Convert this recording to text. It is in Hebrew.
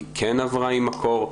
היא כן עברה עם מקור,